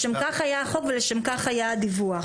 לשם כך היה החוק ולשם כך היה הדיווח.